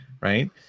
Right